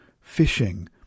fishing